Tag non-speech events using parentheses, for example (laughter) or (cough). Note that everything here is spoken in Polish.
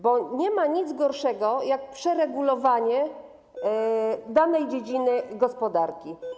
Bo nie ma nic gorszego niż przeregulowanie (noise) danej dziedziny gospodarki.